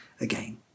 again